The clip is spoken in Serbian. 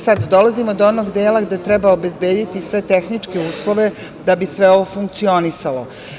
Sada, dolazimo do onog dela gde treba obezbediti sve tehničke uslove da bi sve ovo funkcionisalo.